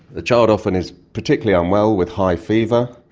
the child often is particularly unwell with high fever,